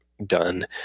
done